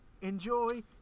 Enjoy